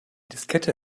diskette